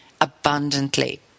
abundantly